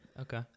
okay